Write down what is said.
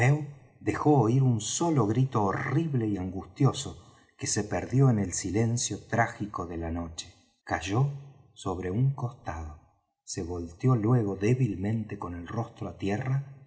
dejó oir un solo grito horrible y angustioso que se perdió en el silencio trágico de la noche cayó sobre un costado se volteó luego débilmente con el rostro á tierra